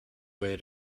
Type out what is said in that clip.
way